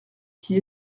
qui